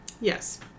Yes